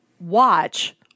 watch